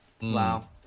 wow